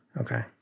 Okay